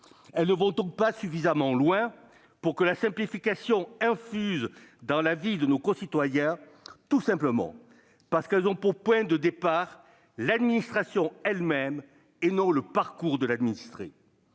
Elles ne vont donc pas suffisamment loin pour que la simplification infuse dans la vie de nos concitoyens, parce qu'elles ont pour point de départ l'administration elle-même et non le parcours de l'administré.